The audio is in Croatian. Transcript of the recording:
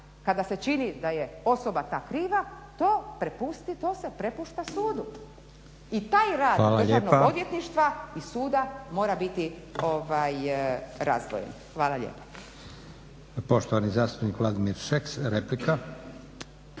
kada se čini da je osoba kriva to se prepušta sudu i taj rad Državnog odvjetništva i suda mora biti razdvojen. Hvala lijepo.